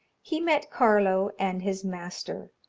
he met carlo and his master.